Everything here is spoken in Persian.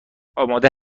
آماده